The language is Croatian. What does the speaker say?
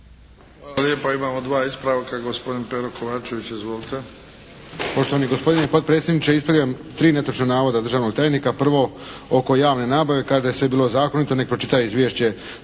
Hvala lijepa. Imamo dva ispravka, gospodin Pero Kovačević. Izvolite. **Kovačević, Pero (HSP)** Poštovani gospodine potpredsjedniče ispravljam tri netočna navoda državnog tajnika. Prvo, oko javne nabave. Kaže da je sve bilo zakonito. Neka pročita izvješće